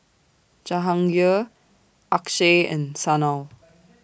Jahangir Akshay and Sanal